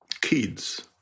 kids